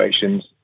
situations